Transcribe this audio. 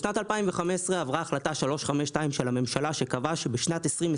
בשנת 2015 עברה החלטה 352 של הממשלה שקבעה שבשנת 2020